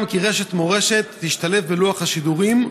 כי רשת מורשת תשתלב בלוח השידורים,